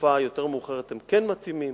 בתקופה יותר מאוחרת הם כן מתאימים.